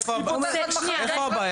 איפה הבעיה?